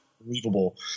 unbelievable